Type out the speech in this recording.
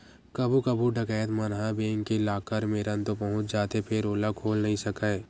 कभू कभू डकैत मन ह बेंक के लाकर मेरन तो पहुंच जाथे फेर ओला खोल नइ सकय